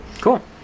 Cool